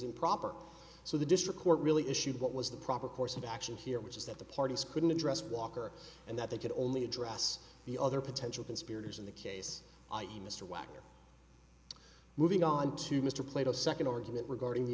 improper so the district court really issued what was the proper course of action here which is that the parties couldn't address walker and that they could only address the other potential conspirators in the case i e mr wagner moving on to mr plato second argument regarding the